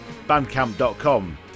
bandcamp.com